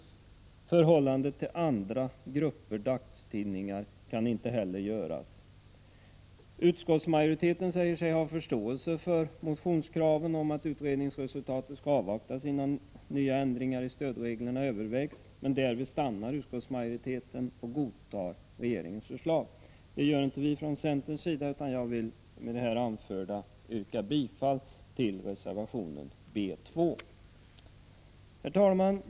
Någon analys av förhållandet till andra grupper dagstidningar kan inte heller göras. Utskottsmajoriteten säger sig ha förståelse för motionskraven om att utredningsresultatet skall avvaktas innan nya ändringar i stödreglerna övervägs, men därvid stannar utskottsmajoriteten och godtar regeringens förslag. Det gör inte vi från centerns sida. Jag vill med det här anförd yrka bifall till reservation B 2. Herr talman!